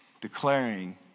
declaring